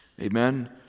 Amen